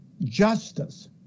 justice